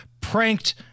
pranked